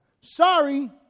Sorry